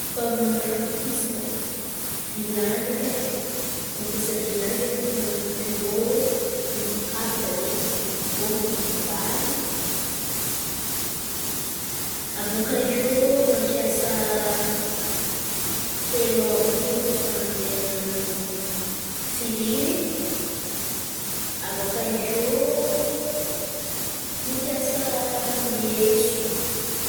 Fitaovana fandokisana: vilan̈y edy ai, mampiasa vilan̈y zen̈y kô fa mandoky rô, mandoky kabaka zen̈y avô mandoky vary. Abôkà eo mampiasa poelon àby io zen̈y kô fa an̈ano firiry, abôkà eo mampiasa meso